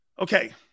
Okay